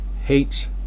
hates